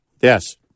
Yes